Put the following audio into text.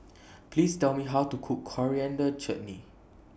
Please Tell Me How to Cook Coriander Chutney